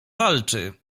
walczy